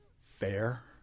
fair